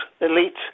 elite